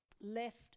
left